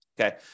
Okay